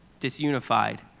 disunified